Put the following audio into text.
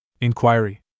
Inquiry